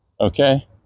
Okay